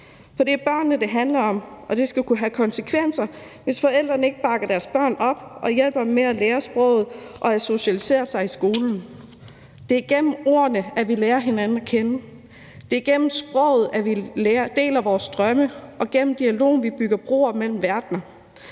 Så det er børnene, det handler om, og det skal kunne have konsekvenser, hvis forældrene ikke bakker deres børn op og hjælper dem med at lære sproget og at socialisere sig i skolen. Det er igennem ordene, vi lærer hinanden at kende. Det er igennem sproget, vi deler vores drømme. Og det igennem dialogen, vi bygger broer mellem verdener.